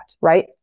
right